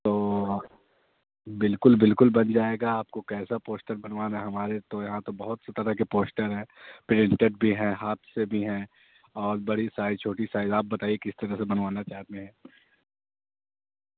تو بالکل بالکل بن جائے گا آپ کو کیسا پوسٹر بنوانا ہے ہمارے تو یہاں تو بہت سی طرح کے پوسٹر ہیں پرنٹیڈ بھی ہیں ہاتھ سے بھی ہیں اور بڑی سائز چھوٹی سائز آپ بتائیے کس طرح سے بنوانا چاہتے ہیں